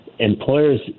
Employers